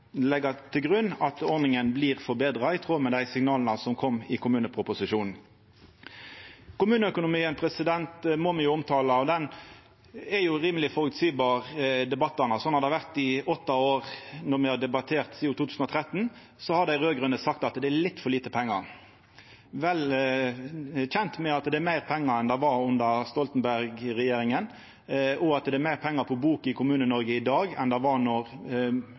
til grunn at ordninga blir forbetra i tråd med dei signala som kom i kommuneproposisjonen. Kommuneøkonomien må me omtala. Debatten om han er rimeleg føreseieleg. Sånn har det vore i åtte år. Kvar gong me har debattert dette sidan 2013, har dei raud-grøne sagt at det er litt for lite pengar. Det er vel kjent at det er meir pengar enn det var under Stoltenberg-regjeringa, og at det er meir pengar på bok i Kommune-Noreg i dag enn